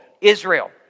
Israel